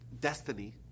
destiny